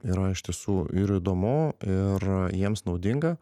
yra iš tiesų ir įdomu ir jiems naudinga